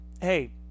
hey